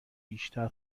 بیشتر